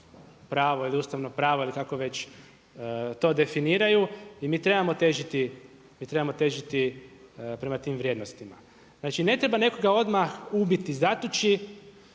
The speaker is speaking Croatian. pravo ili ustavno pravo ili kako već to definiraju i mi trebamo težiti prema tim vrijednostima. Znači ne treba nikoga odmah ubiti, zatući